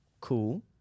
Cool